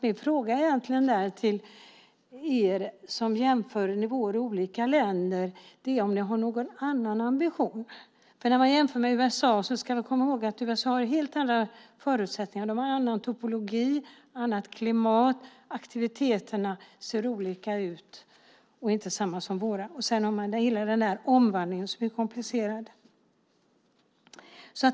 Min fråga till er som jämför nivåer i olika länder är egentligen om ni har någon annan ambition. När man jämför med USA ska man komma ihåg att USA har helt andra förutsättningar. De har annan topologi, ett annat klimat och aktiviteterna ser olika ut. De är inte desamma som våra. Dessutom har man hela omvandlingen som är komplicerad.